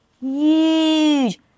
huge